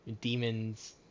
Demons